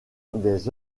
des